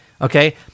okay